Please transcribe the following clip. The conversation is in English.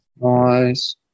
Nice